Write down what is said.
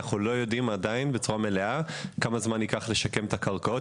אנחנו לא יודעים עדיין כמה זמן ייקח לשקם את הקרקעות.